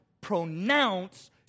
pronounce